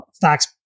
facts